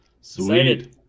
Sweet